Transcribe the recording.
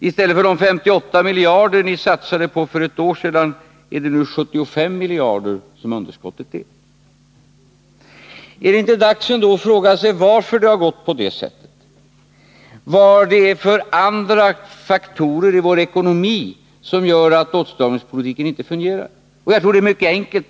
I stället för de 58 miljarder kronor ni satsade på för ett år sedan har ni nu 75 miljarder kronor i underskott. Är det inte dags att fråga varför det har gått på det sättet, vad det är för faktorer i vår ekonomi som gör att åtstramningspolitiken inte fungerar? Jag tror att förklaringen är mycket enkel.